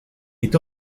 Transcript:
est